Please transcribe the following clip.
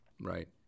Right